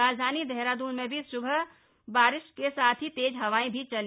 राजधानी देहरादून में भी सुबह बारिश के साथ ही तेज हवाएं भी चली